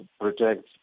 protect